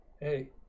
Hey